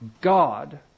God